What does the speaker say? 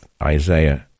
Isaiah